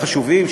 החשובים,